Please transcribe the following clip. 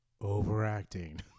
overacting